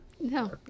No